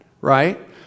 Right